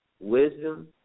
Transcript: wisdom